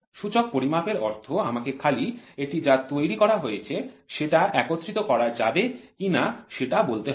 সূচক পরিমাপের অর্থ আমাকে খালি এটি যা তৈরি করা হয়ছে সেটা একত্রিত করা যাবে কিনা সেটা বলতে হবে